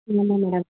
ம் ஆமாம் மேடம்